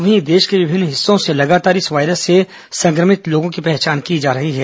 वहीं देश के विभिन्न हिस्सों से लगातार इस वायरस से संक्रमित लोगों की पहचान की जा रही है